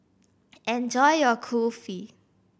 enjoy your Kulfi